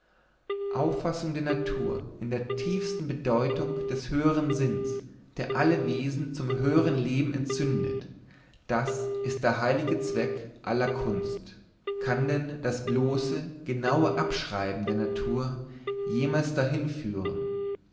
auffassung der natur in der tiefsten bedeutung des höhern sinns der alle wesen zum höheren leben entzündet das ist der heilige zweck aller kunst kann denn das bloße genaue abschreiben der natur jemals dahin führen